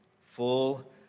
full